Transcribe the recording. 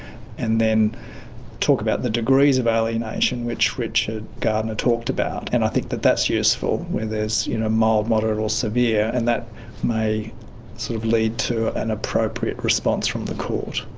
and then talk about the degrees of alienation which richard gardner talked about, and i think that that's useful, where there's you know mild, moderate or severe, and that may sort of lead to an appropriate response from the court.